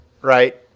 right